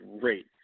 great